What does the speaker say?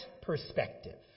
perspective